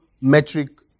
metric